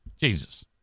Jesus